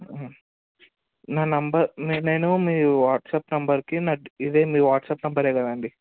నా నంబర్ నేను మీ వాట్సాప్ నంబర్కి ఇది మీ వాట్సాప్ నంబర్ కదండీ